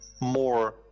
more